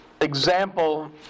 example